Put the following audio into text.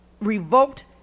revoked